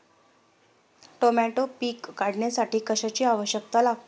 Tomato पीक काढण्यासाठी कशाची आवश्यकता लागते?